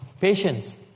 patience